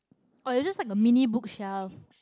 oh it's just like a mini bookshelf